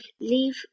Leave